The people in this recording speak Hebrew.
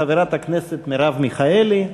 חברת הכנסת מרב מיכאלי,